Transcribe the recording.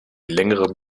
längerem